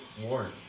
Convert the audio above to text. War